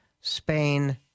Spain